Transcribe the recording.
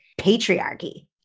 patriarchy